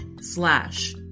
slash